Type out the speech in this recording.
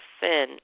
sin